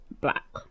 Black